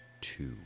two